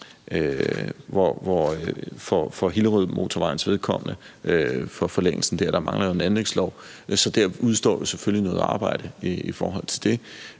af Hillerødmotorvejens vedkommende mangler en anlægslov. Så der udestår selvfølgelig noget arbejde i forhold til det.